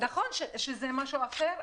נכון שזה משהו אחר,